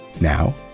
now